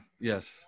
Yes